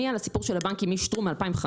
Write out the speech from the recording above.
אני על הסיפור של הבנקים משטרום מ-2015.